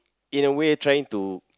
in a way trying to